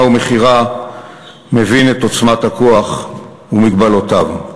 ומחירה מבין את עוצמת הכוח ומגבלותיו.